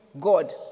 God